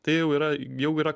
tai jau yra jau yra